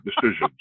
decisions